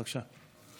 בבקשה.